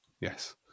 yes